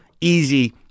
easy